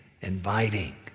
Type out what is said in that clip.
inviting